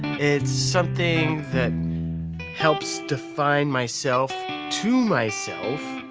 it's something that helps define myself to myself.